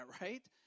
right